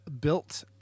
built